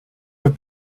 have